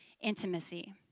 intimacy